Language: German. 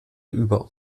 über